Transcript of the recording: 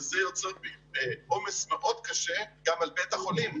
וזה יוצר עומס מאוד קשה גם על בית החולים,